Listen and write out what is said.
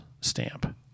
stamp